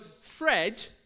Fred